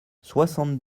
soixante